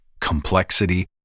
complexity